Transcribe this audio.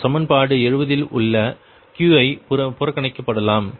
மற்றும் சமன்பாடு 70 இல் உள்ள Qi புறக்கணிக்கப்படலாம்